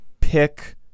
pick